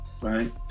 right